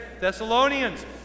Thessalonians